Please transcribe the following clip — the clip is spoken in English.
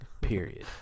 period